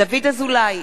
דוד אזולאי,